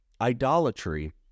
Idolatry